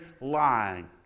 lying